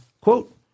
Quote